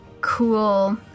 cool